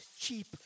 cheap